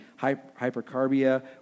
hypercarbia